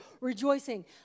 rejoicing